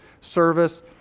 service